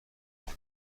باعث